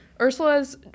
Ursula's